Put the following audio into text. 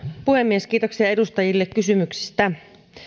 puhemies kiitoksia edustajille kysymyksistä